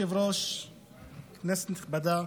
נכבדה,